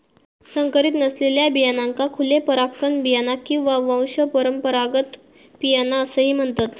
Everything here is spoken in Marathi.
संकरीत नसलेल्या बियाण्यांका खुले परागकण बियाणा किंवा वंशपरंपरागत बियाणा असाही म्हणतत